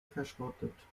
verschrottet